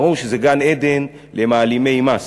ברור שזה גן-עדן למעלימי מס